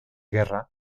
guerra